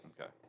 Okay